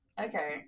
okay